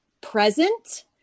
present